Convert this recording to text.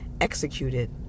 executed